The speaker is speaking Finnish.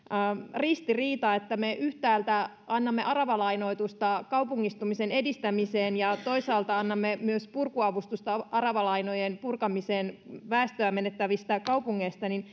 ristiriita että me yhtäältä annamme aravalainoitusta kaupungistumisen edistämiseen ja toisaalta annamme myös purkuavustusta aravalainojen purkamiseen väestöä menettävistä kaupungeista